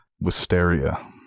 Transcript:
Wisteria